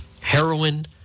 heroin